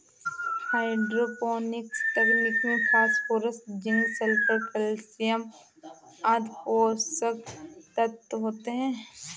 hydroponics तकनीक में phosphorus, zinc, sulphur, calcium आदि पोषक तत्व होते है